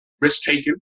risk-taking